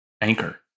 Anchor